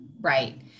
Right